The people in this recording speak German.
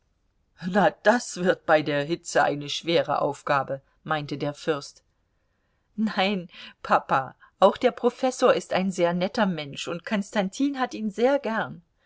na das wird bei der hitze eine schwere aufgabe meinte der fürst nein papa auch der professor ist ein sehr netter mensch und konstantin hat ihn sehr gern